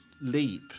leap